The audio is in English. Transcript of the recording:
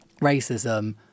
racism